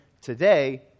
today